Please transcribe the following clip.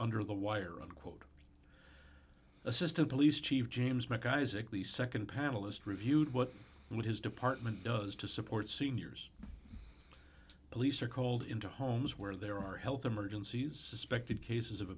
under the wire unquote assistant police chief james mike isaac lee nd panelist reviewed what would his department does to support seniors police are called into homes where there are health emergencies suspected cases of